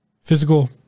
physical